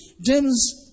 James